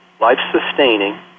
life-sustaining